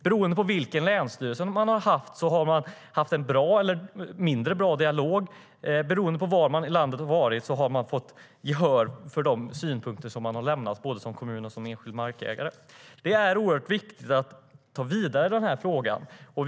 Beroende på berörd länsstyrelse har det förts en bra eller mindre bra dialog där man som kommun eller enskild markägare har fått eller inte har fått gehör för sina synpunkter. Det är oerhört viktigt att föra frågan vidare.